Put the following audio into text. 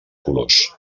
colors